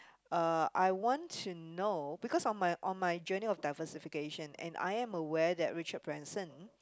uh I want to know because on my on my journey of diversification and I am aware that Richard-Branson